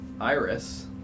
Iris